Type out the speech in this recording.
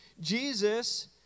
Jesus